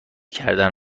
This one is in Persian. شدن